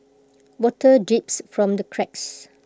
water drips from the cracks